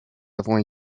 avons